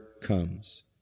comes